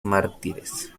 mártires